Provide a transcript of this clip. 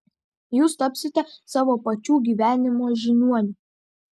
jūs tapsite savo pačių gyvenimo žiniuoniu